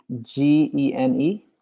G-E-N-E